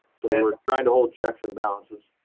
so we're trying to hold checks and balances.